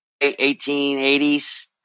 1880s